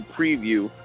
preview